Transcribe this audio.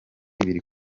biri